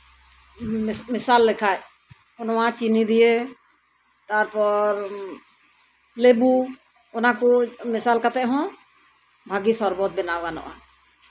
ᱢᱮᱥᱟᱞ ᱞᱮᱠᱷᱟᱡ ᱱᱚᱣᱟ ᱪᱤᱱᱤ ᱫᱤᱭᱮ ᱛᱟᱨᱯᱚᱨ ᱞᱮᱵᱩ ᱚᱱᱟᱠᱚ ᱢᱮᱥᱟᱞ ᱠᱟᱛᱮᱜ ᱦᱚᱸ ᱵᱷᱟᱹᱜᱤ ᱥᱚᱨᱵᱚᱛ ᱵᱮᱱᱟᱣ ᱜᱟᱱᱚᱜᱼᱟ